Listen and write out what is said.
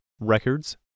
records